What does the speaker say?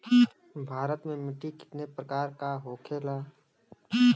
भारत में मिट्टी कितने प्रकार का होखे ला?